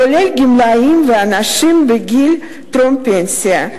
כולל גמלאים ואנשים בגיל טרום-פנסיה,